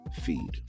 Feed